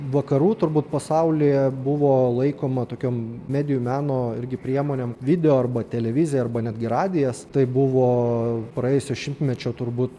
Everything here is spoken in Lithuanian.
vakarų turbūt pasaulyje buvo laikoma tokiom medijų meno irgi priemonėm video arba televizija arba netgi radijas tai buvo praėjusio šimtmečio turbūt